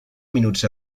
minuts